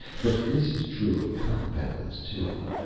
but this is true of compounds, too!